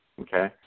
Okay